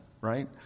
right